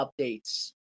updates